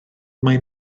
mae